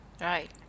Right